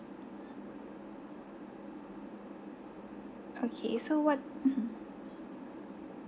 okay so what mmhmm